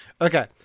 Okay